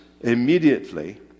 immediately